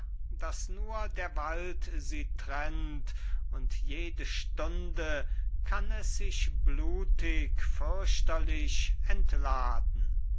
daß nur der wald sie trennt und jede stunde kann es sich blutig fürchterlich entladen